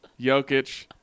Jokic